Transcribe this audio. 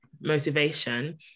motivation